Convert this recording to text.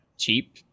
Cheap